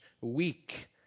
weak